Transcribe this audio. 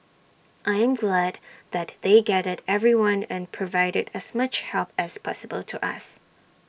I am glad that they gathered everyone and provided as much help as possible to us